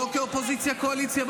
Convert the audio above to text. לא כאופוזיציה וקואליציה,